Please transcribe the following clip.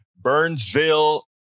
Burnsville